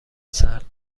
سرد